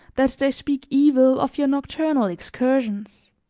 that they speak evil of your nocturnal excursions.